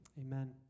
Amen